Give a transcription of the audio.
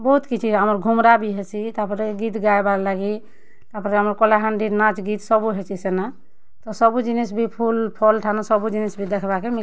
ବହୁତ୍ କିଛି ଆମର୍ ଘୁମ୍ରା ବି ହେସି ତାପ୍ରେ ଗୀତ୍ ଗାଏବାର୍ ଲାଗି ତାପ୍ରେ ଆମର୍ କଳାହାଣ୍ଡିର୍ ନାଚ୍ ଗିତ୍ ସବୁ ହେସି ସେନେ ତ ସବୁ ଜିନିଷ୍ ବି ଫୁଲ ଫଲ୍ ଠାନୁ ସବୁ ଜିନିଷ୍ ବି ଦେଖ୍ବାକେ ମିଲ୍ସି